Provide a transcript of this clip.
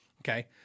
okay